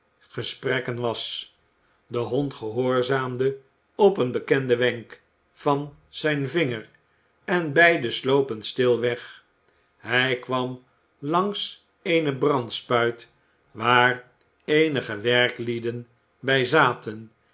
gesprekken was de hond gehoorzaamde op een bekenden wenk van zijn vinger en beiden slopen stil weg hij kwam langs eene brandspuit waar eénige werklieden bij zaten